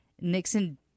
Nixon